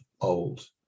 old